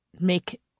make